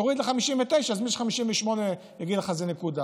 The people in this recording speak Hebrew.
תוריד ל-59, אז מי ש-58 יגיד לך שזו נקודה.